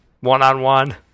one-on-one